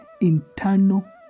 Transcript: internal